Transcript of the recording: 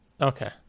Okay